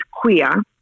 queer